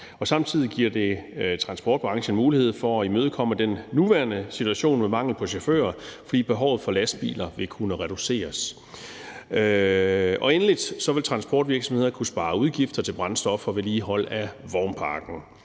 Samtidig giver det transportbranchen mulighed for at imødegå problemet med mangel på chauffører i den nuværende situation, fordi behovet for lastbiler vil kunne reduceres. Endelig vil transportvirksomheder kunne spare udgifter til brændstof og vedligehold af vognparken.